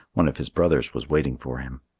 one of his brothers was waiting for him.